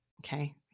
okay